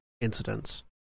incidents